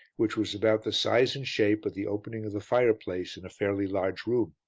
which was about the size and shape of the opening of the fireplace in a fairly large room.